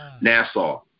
Nassau